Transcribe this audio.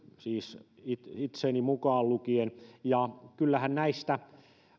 siis itseni itseni mukaan lukien ja kyllähän näistä